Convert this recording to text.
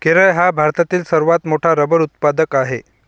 केरळ हा भारतातील सर्वात मोठा रबर उत्पादक आहे